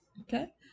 Okay